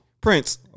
Prince